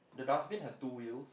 the dustbin has two wheels